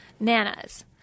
Nanas